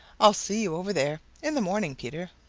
i'll see you over there in the morning, peter.